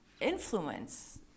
influence